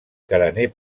carener